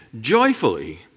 joyfully